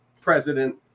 President